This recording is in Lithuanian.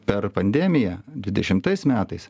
per pandemiją dvidešimtais metais